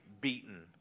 beaten